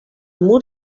mur